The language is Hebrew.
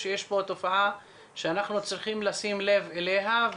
יש פה תופעה שאנחנו צריכים לשים לב אליה?